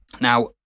Now